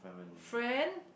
friend